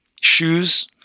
shoes